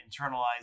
internalize